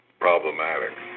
problematic